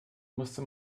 musste